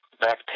back